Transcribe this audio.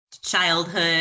childhood